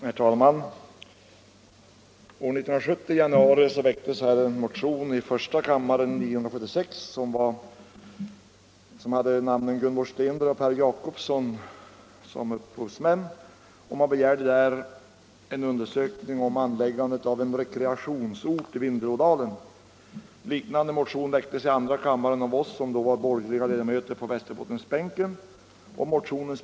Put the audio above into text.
Herr talman! I januari 1970 väcktes i första kammaren en motion, 976, som hade Gunvor Stenberg och Per Jacobsson som upphovsmän. Där begärdes en undersökning om anläggandet av en rekreationsort i Vindelådalen. En liknande motion väcktes i andra kammaren av oss som då var borgerliga ledamöter på Västerbottensbänken.